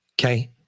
Okay